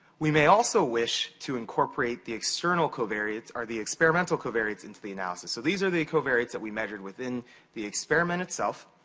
we may also wish to incorporate the external covariates or the experimental covariates into the analysis. so, these are the covariates that we measured within the experiment itself.